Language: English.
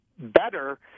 Better